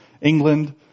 England